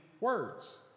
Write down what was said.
words